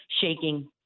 shaking